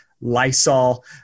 Lysol